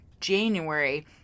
January